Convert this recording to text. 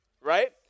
right